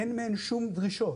אין מהן שום דרישות.